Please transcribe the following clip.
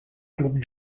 club